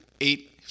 eight